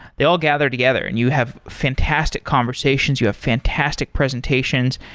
they all gather together, and you have fantastic conversations. you have fantastic presentations,